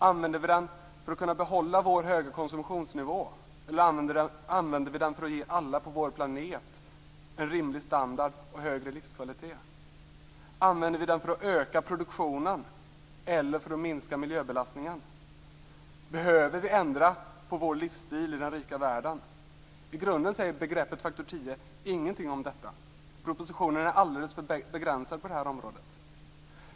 Använder vi den för att kunna behålla vår höga konsumtionsnivå eller använder vi den för att ge alla på vår planet en rimlig standard och en högre livskvalitet? Använder vi den för att öka produktionen eller för att minska miljöbelastningen? Behöver vi i den rika världen ändra vår livsstil? I grunden säger begreppet faktor 10 ingenting om detta. Propositionen är alldeles för begränsad på det här området.